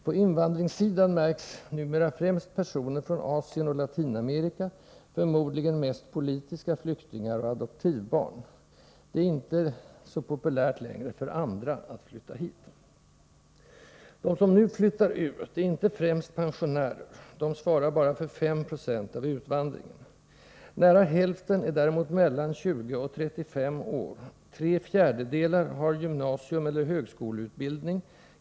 På invandringssidan märks numera främst personer från Asien och Latinamerika, förmodligen mest politiska flyktingar och adoptivbarn. Det är inte så populärt längre för andra att flytta hit. De som nu flyttar ut är inte främst pensionärer — de svarar bara för 5 96 av utvandringen. Nära hälften är däremot mellan 20 och 35 år, och tre fjärdedelar har gymnasieeller högskoleutbildning.